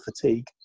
fatigue